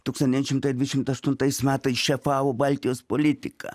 tūkstantis devyni šimtai dvidešim aštuntais metais šefavo baltijos politiką